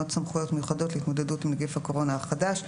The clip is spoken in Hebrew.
סמכויות מיוחדות להתמודדות עם נגיף הקורונה החדש,